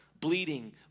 bleeding